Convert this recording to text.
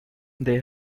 they